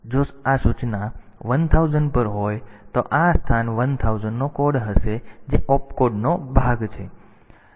તેથી આ 2 બાઈટ સૂચના છે તેથી જો સરનામું જો આ સૂચના સ્થાન 1000 પર હોય તો આ સ્થાન 1000 નો કોડ હશે જે op કોડ ભાગ છે